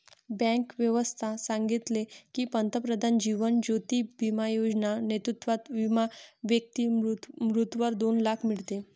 bank व्यवस्था सांगितले की, पंतप्रधान जीवन ज्योती बिमा योजना नेतृत्वात विमा व्यक्ती मृत्यूवर दोन लाख मीडते